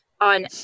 on